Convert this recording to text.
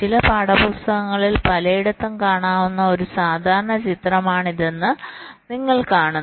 ചില പാഠപുസ്തകങ്ങളിൽ പലയിടത്തും കാണാവുന്ന ഒരു സാധാരണ ചിത്രമാണിതെന്ന് നിങ്ങൾ കാണുന്നു